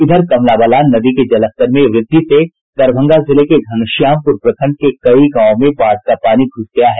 इधर कमला बलान नदी के जलस्तर में वृद्धि से दरभंगा जिले के घनश्यामपुर प्रखंड के कई गांवों में बाढ़ का पानी घुस गया है